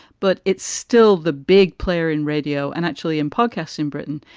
but it's still the big player in radio and actually in podcasts in britain.